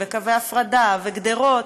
קווי הפרדה וגדרות,